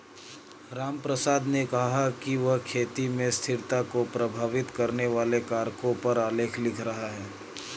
रामप्रसाद ने कहा कि वह खेती में स्थिरता को प्रभावित करने वाले कारकों पर आलेख लिख रहा है